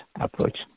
approach